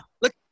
Look